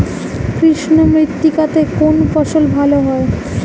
কৃষ্ণ মৃত্তিকা তে কোন ফসল ভালো হয়?